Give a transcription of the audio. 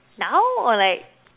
now or like